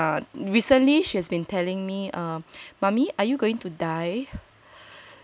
ya recently she has been telling me err mummy are you going to die